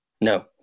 No